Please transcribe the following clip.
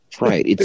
right